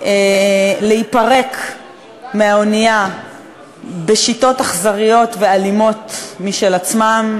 להיפרק מהאנייה בשיטות אכזריות ואלימות בפני עצמן,